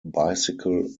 bicycle